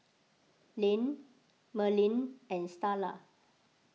Len Merlene and Starla